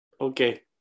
Okay